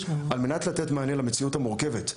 על מנת לתת מענה למציאות המורכבת,